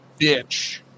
bitch